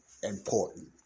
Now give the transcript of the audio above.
important